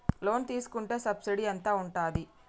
Loan తీసుకుంటే subsidy ఎంత ఉంటది?